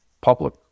public